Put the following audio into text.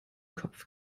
kopf